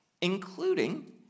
including